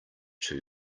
too